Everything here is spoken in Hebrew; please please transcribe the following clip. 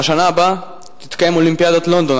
בשנה הבאה תתקיים אולימפיאדת לונדון,